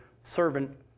servant